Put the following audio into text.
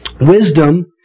Wisdom